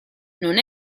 non